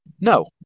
No